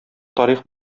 тарих